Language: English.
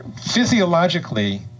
Physiologically